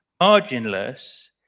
Marginless